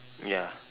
ya